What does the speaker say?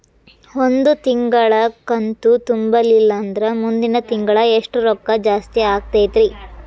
ಒಂದು ತಿಂಗಳಾ ಕಂತು ತುಂಬಲಿಲ್ಲಂದ್ರ ಮುಂದಿನ ತಿಂಗಳಾ ಎಷ್ಟ ರೊಕ್ಕ ಜಾಸ್ತಿ ಆಗತೈತ್ರಿ?